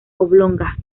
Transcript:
oblonga